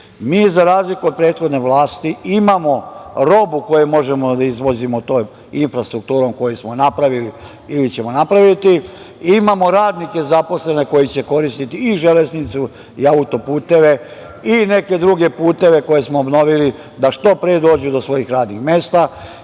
za razliku od prethodne vlasti imamo robu koju možemo da izvozimo tom infrastrukturom koju smo napravili ili ćemo napraviti, imamo radnike zaposlene koji će koristiti i železnicu i autoputeve i neke druge puteve koje smo obnovili da što pre dođu do svojih radnih mesta,